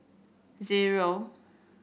zero